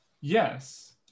Yes